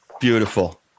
Beautiful